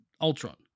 Ultron